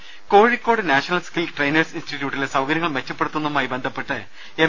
രദേശ Kozhikode national skill trainers ഇൻസ്റ്റിറ്റ്യൂട്ടിലെ സൌകര്യങ്ങൾ മെച്ചപ്പെടുത്തുന്നതുമായി ബന്ധപ്പെട്ട് എം